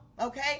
Okay